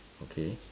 okay